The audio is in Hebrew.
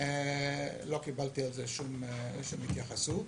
ולא קיבלתי שום התייחסות.